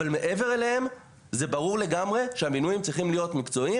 אבל מעבר אליהם זה ברור לגמרי שהמינויים צריכים להיות מקצועיים,